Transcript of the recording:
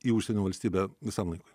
į užsienio valstybę visam laikui